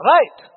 Right